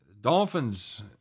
Dolphins